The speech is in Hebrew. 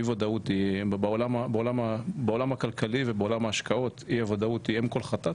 אי ודאות בעולם הכלכלי ובעולם ההשקעות היא אם כל חטאת